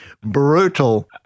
brutal